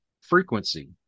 frequency